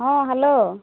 ହଁ ହାଲୋ